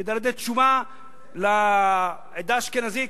כדי לתת תשובה לעדה האשכנזית,